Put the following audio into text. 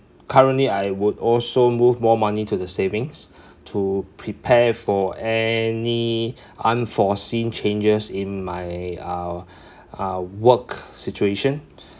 currently I would also move more money to the savings to prepare for any unforeseen changes in my uh uh work situation